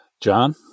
John